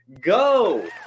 go